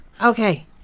okay